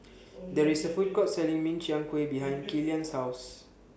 There IS A Food Court Selling Min Chiang Kueh behind Killian's House